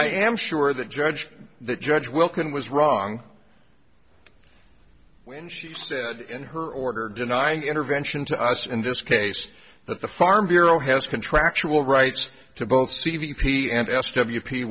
i am sure the judge the judge will can was wrong when she in her order denying intervention to us in this case the farm bureau has contractual rights to both c v p and s